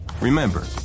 Remember